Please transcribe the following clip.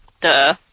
Duh